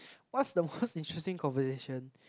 what's the most interesting conversation